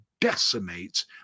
decimates